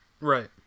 Right